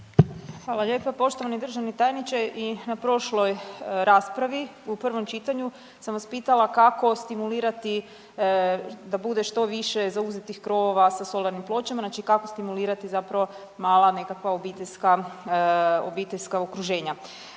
Hvala lijepa. Poštovani državni tajniče i na prošloj raspravi u prvom čitanju sam vas pitala kako stimulirati da bude što više zauzetih krovova sa solarnim pločama, znači kako stimulirati zapravo mala nekakva obiteljska, obiteljska